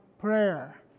prayer